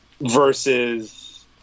versus